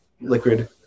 liquid